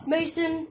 Mason